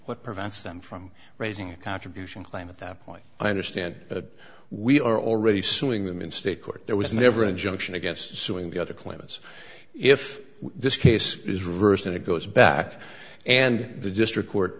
what prevents them from raising a contribution claim at that point i understand that we are already suing them in state court there was never an injunction against suing the other claimants if this case is reversed and it goes back and the district court